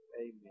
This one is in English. Amen